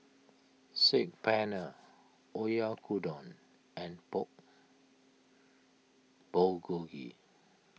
Saag Paneer Oyakodon and Pork Bulgogi